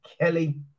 Kelly